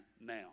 now